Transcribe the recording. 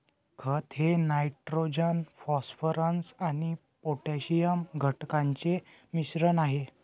खत हे nitrogen phosphorus आणि पोटॅशियम घटकांचे मिश्रण आहे